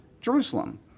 Jerusalem